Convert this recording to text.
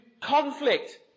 conflict